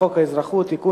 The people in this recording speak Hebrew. האזרחות (תיקון,